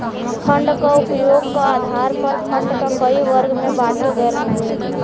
fund क उपयोग क आधार पर फण्ड क कई वर्ग में बाँटल गयल हउवे